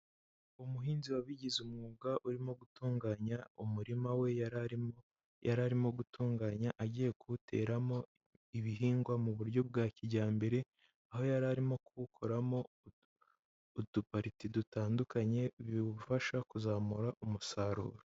Umuhinzi wabigize umwuga, urimo gutunganya umurima we , yari arimo gutunganya agiye kuwuteramo, ibihingwa mu buryo bwa kijyambere, aho yari arimo kuwukoramo, udupariti dutandukanye, biwufasha kuzamura umusaruro.